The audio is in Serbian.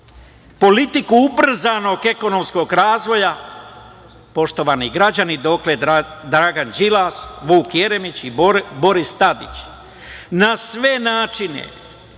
politiku ubrzanog ekonomskog razvoja, poštovani građani, dotle Dragan Đilas, Vuk Jeremić i Boris Tadić na sve načine